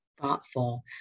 thoughtful